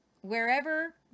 wherever